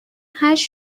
هشت